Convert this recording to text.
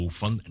van